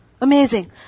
Amazing